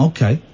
Okay